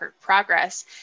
progress